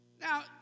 Now